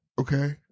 Okay